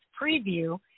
preview